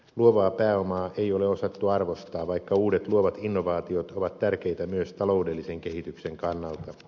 luovaa pääomaa ei ole osattu arvostaa vaikka uudet luovat innovaatiot ovat tärkeitä myös taloudellisen kehityksen kannalta